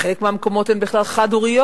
בחלק מהמקומות הן בכלל חד-הוריות,